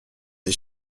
des